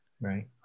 Right